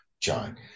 John